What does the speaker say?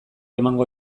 emango